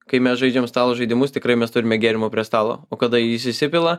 kai mes žaidžiam stalo žaidimus tikrai mes turime gėrimų prie stalo o kada jis išsipila